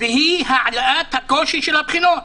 והיא העלאת הקושי של הבחינות.